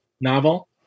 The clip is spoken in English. novel